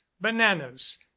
bananas